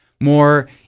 more